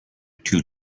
two